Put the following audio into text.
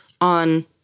on